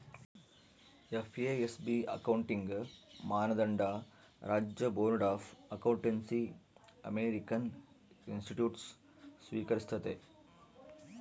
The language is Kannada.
ಎಫ್.ಎ.ಎಸ್.ಬಿ ಅಕೌಂಟಿಂಗ್ ಮಾನದಂಡ ರಾಜ್ಯ ಬೋರ್ಡ್ ಆಫ್ ಅಕೌಂಟೆನ್ಸಿಅಮೇರಿಕನ್ ಇನ್ಸ್ಟಿಟ್ಯೂಟ್ಸ್ ಸ್ವೀಕರಿಸ್ತತೆ